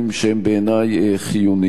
שהם בעיני חיוניים.